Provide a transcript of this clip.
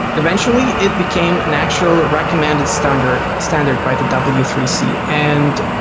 eventually it became an actual recommended standard standard by the w three c. and